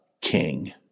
king